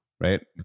right